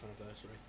anniversary